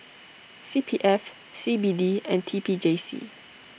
C P F C B D and T P J C